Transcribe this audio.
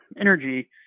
energy